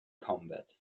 combat